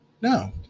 No